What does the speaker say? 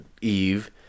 Eve